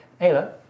Ayla